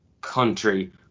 country